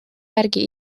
järgi